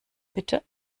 bitte